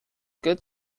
good